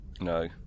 No